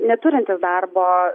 neturintys darbo